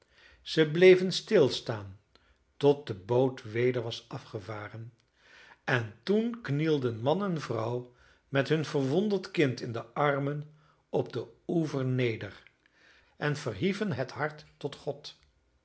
zij bleven stilstaan tot de boot weder was afgevaren en toen knielden man en vrouw met hun verwonderd kind in de armen op den oever neder en verhieven het hart tot god